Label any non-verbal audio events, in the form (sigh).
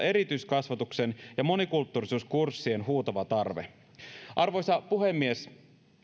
(unintelligible) erityiskasvatuksen ja monikulttuurisuuskurssien huutava tarve arvoisa puhemies